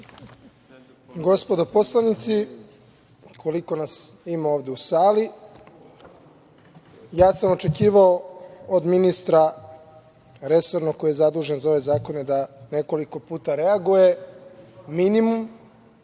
Gospodo poslanici, koliko nas ima ovde u sali, ja sam očekivao od ministra resornog koji je zadužen za ove zakone da nekoliko puta reaguje, minimum,